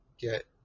Get